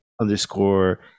underscore